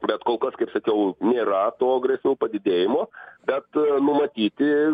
bet kol kas kaip sakiau nėra to grėsmių padidėjimo bet numatyti